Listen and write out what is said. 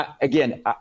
again